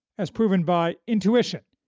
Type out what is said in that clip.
as proven by intuition,